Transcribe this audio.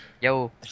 Yo